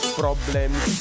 problems